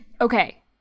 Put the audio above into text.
Okay